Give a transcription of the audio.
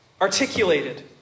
Articulated